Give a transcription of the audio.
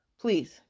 Please